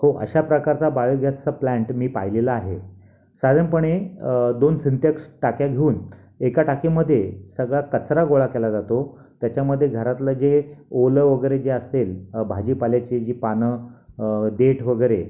हो अशा प्रकारचा बायोगॅसचा प्लॅंट मी पाहिलेला आहे साधारणपणे दोन सिंटॅक्स टाक्या घेऊन एका टाकीमध्ये सगळा कचरा गोळा केला जातो त्याच्यामध्ये घरातलं जे ओलं वगैरे जे असेल भाजीपाल्याचे जी पानं देठ वगैरे